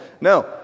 no